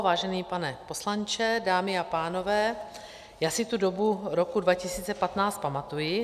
Vážený pane poslanče, dámy a pánové, já si tu dobu roku 2015 pamatuji.